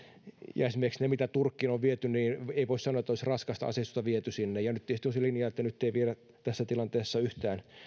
ja esimerkiksi niiden kohdalta mitä turkkiin on viety ei voi sanoa että olisi raskasta aseistusta viety sinne ja nyt tietysti on se linja että nyt ei viedä tässä tilanteessa yhtään